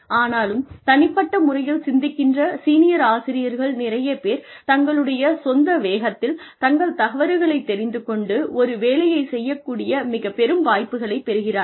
ஆனாலும் தனிப்பட்ட முறையில் சிந்திக்கின்ற சீனியர் ஆசிரியர்கள் நிறையப் பேர் தங்களுடைய சொந்த வேகத்தில் தங்கள் தவறுகளைத் தெரிந்து கொண்டு ஒரு வேலையை செய்யக் கூடிய மிகப்பெரும் வாய்ப்புகளைப் பெறுகிறார்கள்